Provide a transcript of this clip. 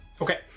Okay